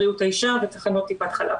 בריאות האשה ותחנות טיפת חלב.